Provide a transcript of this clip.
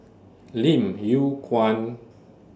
Lim Yew Kuan